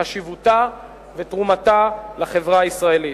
חשיבותה ותרומתה לחברה הישראלית.